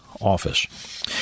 office